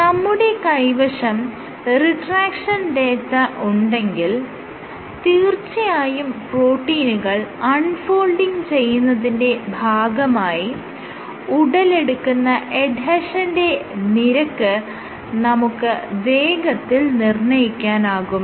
നമ്മുടെ കൈവശം retraction data ഉണ്ടെങ്കിൽ തീർച്ചയായും പ്രോട്ടീനുകൾ അൺ ഫോൾഡിങ് ചെയ്യുന്നതിന്റെ ഭാഗമായി ഉടലെടുക്കുന്ന എഡ്ഹെഷന്റെ നിരക്ക് നമുക്ക് വേഗത്തിൽ നിർണ്ണയിക്കാനാകും